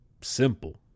simple